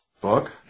book